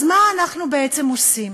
אז מה אנחנו בעצם עושים?